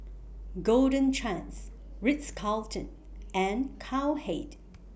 Golden Chance Ritz Carlton and Cowhead